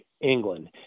England